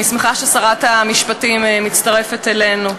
אני שמחה ששרת המשפטים מצטרפת אלינו.